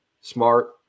Smart